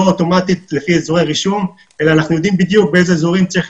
לא אוטומטית לפי אזורי רישום אלא אנחנו יודעים בדיוק באיזה אזורים צריך